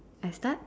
I start